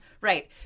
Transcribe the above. Right